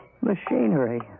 Machinery